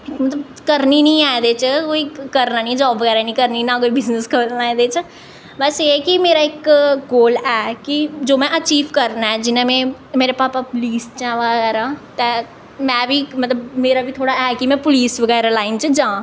मतलब करनीं निं है एह्दे च कोई करी लैनी ऐ जाब बगैरा निं करनी ना कोई बिजनस करना एह्दे च बैसे एह् ऐ कि मेरा इक गोल ऐ कि जो में अचीव करना ऐ जि'यां में मेरे पापा पलीस च ऐं बगैरा ते में बी मतलब मेरा बी थोह्ड़ा है कि में पलीस बगैरा लाइन च जां